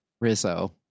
Rizzo